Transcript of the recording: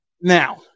Now